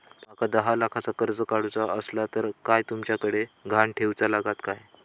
माका दहा लाखाचा कर्ज काढूचा असला तर काय तुमच्याकडे ग्हाण ठेवूचा लागात काय?